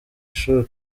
ishuri